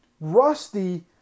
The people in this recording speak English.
rusty